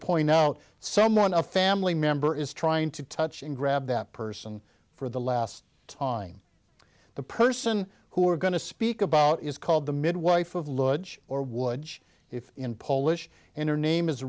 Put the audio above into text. point out someone a family member is trying to touch and grab that person for the last time the person who are going to speak about is called the midwife of luggage or woods if in polish and her name is